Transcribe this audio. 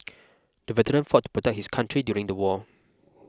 the veteran fought to protect his country during the war